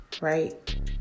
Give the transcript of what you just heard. right